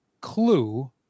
clue